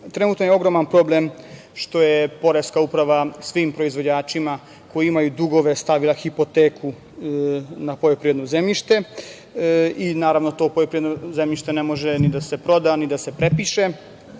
Srbije. Trenutno je ogroman problem što je poreska uprava svim proizvođačima koji imaju dugove stavila pod hipoteku poljoprivredno zemljište i naravno to poljoprivredno zemljište ne može ni da se proda, ni da se prepiše. Moramo